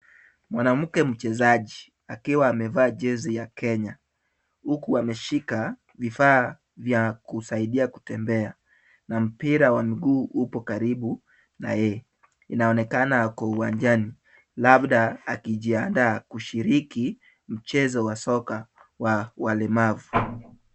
Mwanamke mchezaji akiwa amevaa jezi ya Kenya, huku ameshika vifaa vya kusaidia kutembea na mpira wa mguu upo karibu na yeye. Inaonekana ako uwanjani labda akijiandaa kushiriki mchezo wa soka wa walemavu.